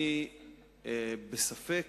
אני בספק,